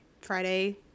Friday